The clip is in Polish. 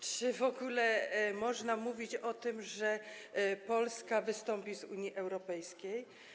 Czy w ogóle można mówić o tym, że Polska wystąpi z Unii Europejskiej?